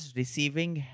receiving